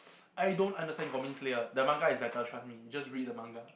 I don't understand goblin slayer the manga is better trust me just read the manga